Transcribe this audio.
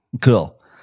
Cool